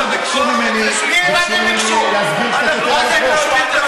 אז תפסיק לעשות הצגה,